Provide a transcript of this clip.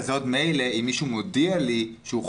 מילא אם מישהו מודיע לי שהוא חולה מאומת.